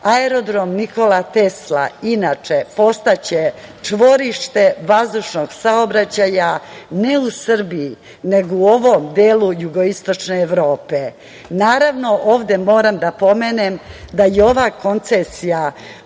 putnika. Aerodrom „Nikola Tesla“, inače, postaće čvorište vazdušnog saobraćaja ne u Srbiji, nego u ovom delu jugoistočne Evrope. Naravno, ovde moram da pomenem da je ova koncesija